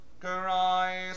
Christ